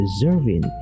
deserving